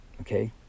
okay